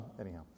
Anyhow